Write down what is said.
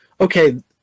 okay